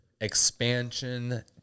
expansion